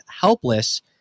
helpless